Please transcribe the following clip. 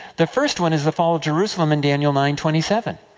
the first one is the fall of jerusalem, in daniel nine twenty seven.